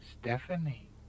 Stephanie